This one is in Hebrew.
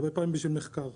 הרבה פעמים בשביל מחקר.